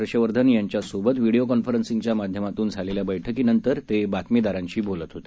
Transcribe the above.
हर्षवर्धन यांच्यासोबत व्हिडिओ कॉन्फरन्सिंगच्या माध्यमातून झालेल्या बैठकीनंतर ते बातमीदारांशी बोलत होते